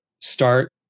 start